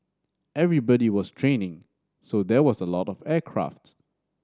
everybody was training so there was a lot of aircraft